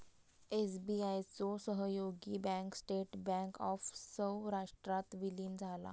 SBI चो सहयोगी bank state bank of सौराष्ट्रात विलीन झाला